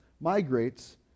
migrates